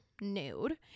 nude